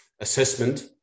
assessment